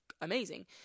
amazing